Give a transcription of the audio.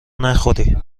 نخوری